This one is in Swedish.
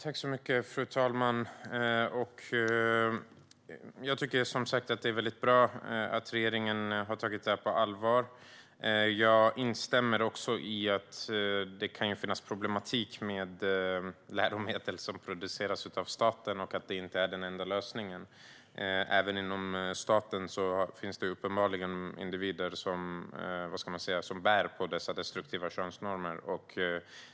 Fru talman! Jag tycker, som sagt, att det är väldigt bra att regeringen har tagit detta på allvar. Jag instämmer också i att det kan finnas problem med läromedel som produceras av staten och att det inte är den enda lösningen. Även inom staten finns det uppenbarligen individer som bär på destruktiva könsnormer.